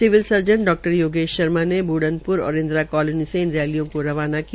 civil surgeon डा योगेश शर्माने Budhanpur और इंदिरा कालोनी से इन रैलियों को रवाना किया